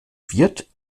wird